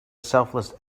selfless